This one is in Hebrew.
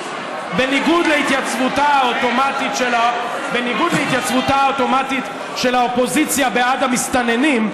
בניגוד להתייצבותה האוטומטית של האופוזיציה בעד המסתננים,